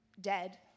dead